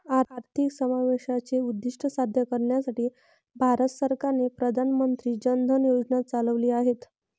आर्थिक समावेशाचे उद्दीष्ट साध्य करण्यासाठी भारत सरकारने प्रधान मंत्री जन धन योजना चालविली आहेत